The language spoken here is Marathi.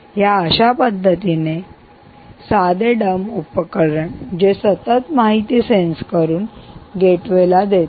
ह्या अशा पद्धतीने किंवा साधे डंब उपकरण जे सतत माहिती सेन्स करून गेटवे ला देते